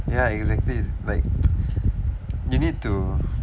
ya exactly like you need to